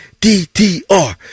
DTR